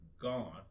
gone